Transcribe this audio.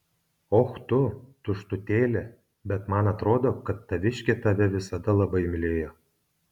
och tu tuštutėlė bet man atrodo kad taviškė tave visada labai mylėjo